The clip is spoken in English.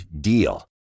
DEAL